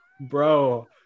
bro